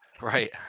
Right